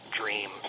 dream